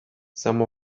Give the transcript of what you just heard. some